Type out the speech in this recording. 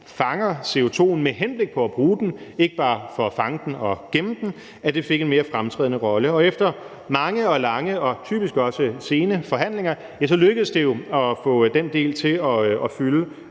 fanger CO2'en med henblik på at bruge den – ikke bare fanger den for at gemme den – fik en mere fremtrædende rolle. Og efter mange og lange og typisk også sene forhandlinger lykkedes det jo at få den del til at fylde